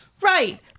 right